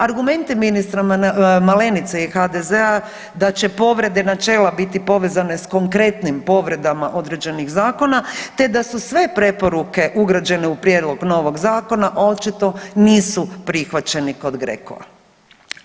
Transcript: Argumenti ministra Malenice i HDZ-a da će povrede načela biti povezane s konkretnim povredama određenih zakona te da su sve preporuke ugrađene u Prijedlog novog zakona očito nisu prihvaćeni kod GRECO-a.